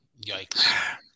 Yikes